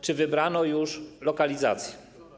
Czy wybrano już lokalizację?